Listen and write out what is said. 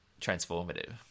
transformative